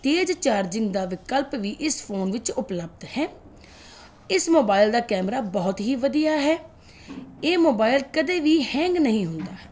ਤੇਜ਼ ਚਾਰਚਿੰਗ ਦਾ ਵਿਕਲਪ ਵੀ ਇਸ ਫੋਨ ਵਿੱਚ ਉਪਲੱਬਧ ਹੈ ਇਸ ਮੋਬਾਈਲ ਦਾ ਕੈਮਰਾ ਬਹੁਤ ਹੀ ਵਧੀਆ ਹੈ ਇਹ ਮੋਬਾਈਲ ਕਦੇ ਵੀ ਹੈਂਗ ਨਹੀਂ ਹੁੰਦਾ ਹੈ